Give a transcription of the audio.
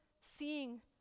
seeing